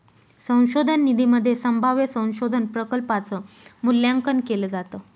संशोधन निधीमध्ये संभाव्य संशोधन प्रकल्पांच मूल्यांकन केलं जातं